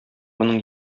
моның